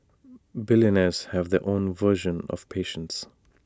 billionaires have their own version of patience